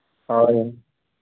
ᱦᱳᱭ